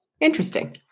Interesting